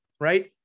Right